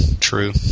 true